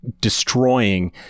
destroying